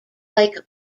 like